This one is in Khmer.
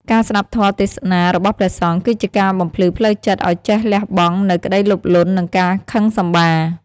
ការស្តាប់ធម៌ទេសនារបស់ព្រះសង្ឃ គឺជាការបំភ្លឺផ្លូវចិត្តឱ្យចេះលះបង់នូវក្តីលោភលន់ និងការខឹងសម្បារ។